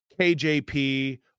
KJP